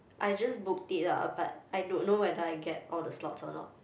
I just booked it lah but I don't know whether I get all the slots or not